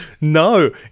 no